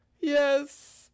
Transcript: Yes